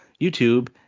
YouTube